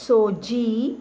सोजी